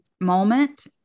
moment